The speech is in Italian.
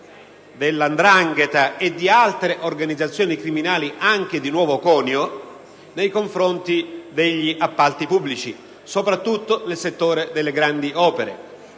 della 'ndrangheta e di altre organizzazioni criminali, anche di nuovo conio, nei confronti degli appalti pubblici, soprattutto nel settore delle grandi opere.